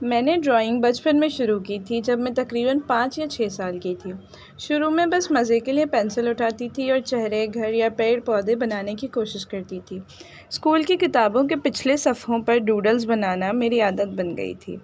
میں نے ڈرائنگ بچپن میں شروع کی تھی جب میں تقریباً پانچ یا چھ سال کی تھی شروع میں بس مزے کے لیے پینسل اٹھاتی تھی اور چہرے گھر یا پیڑ پودے بنانے کی کوشش کرتی تھی اسکول کی کتابوں کے پچھلے صفحوں پر ڈوڈلس بنانا میری عادت بن گئی تھی